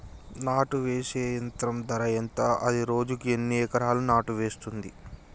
నాటు వేసే యంత్రం ధర ఎంత? అది రోజుకు ఎన్ని ఎకరాలు నాటు వేస్తుంది?